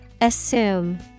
Assume